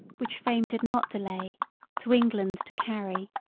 which fame did not delay to england to carry.